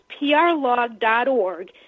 prlog.org